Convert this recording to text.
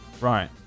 right